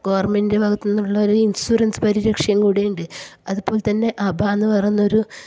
ഗവൺമെൻറ്റിൻ്റെ ഭാഗത്ത് നിന്നുള്ളൊരു ഇൻഷുറൻസ് പരിരക്ഷയും കൂടി ഉണ്ട് അതു പോലെ തന്നെ അബാ എന്ന് പറയുന്നൊരു